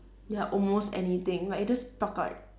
ya almost anything like you just pluck out